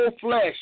flesh